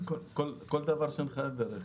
כל דבר שמחויב ברכב,